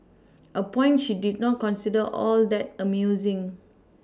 a point she did not consider all that amusing